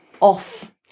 off